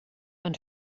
man